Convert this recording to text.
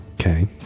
Okay